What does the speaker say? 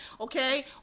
okay